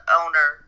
owner